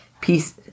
peace